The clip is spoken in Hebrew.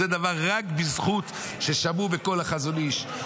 זה רק בזכות ששמעו בקול החזון איש,